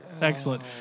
Excellent